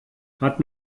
hat